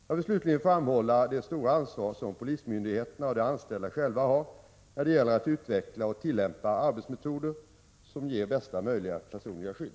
Jag vill slutligen framhålla det stora ansvar som polismyndigheterna och de anställda själva har när det gäller att utveckla och tillämpa arbetsmetoder som ger bästa möjliga personliga skydd.